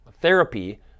Therapy